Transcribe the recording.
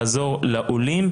לעזור לעולים,